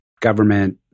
government